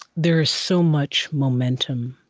there is so much momentum